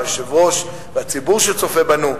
היושב-ראש והציבור שצופה בנו,